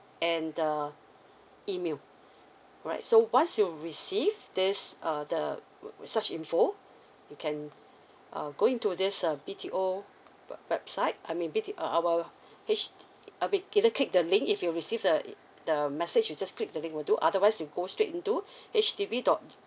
and uh email right so once you receive this uh the such info you can uh going to this uh B_T_O web website I mean B_T~ our H~ I mean either click the link you receive the it the message you just click the link would do otherwise you go straight into H D B dot